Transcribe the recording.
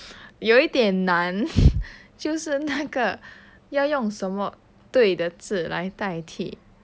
有一点难就是那个要用什么对的字来代替